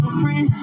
free